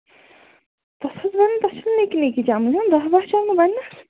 تتھ حظ بَنَن تتھ چھ نِکۍ نِکۍ چمنہٕ دَہ باہ چمنہٕ بَنِنَس